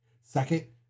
Second